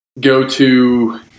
go-to